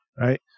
right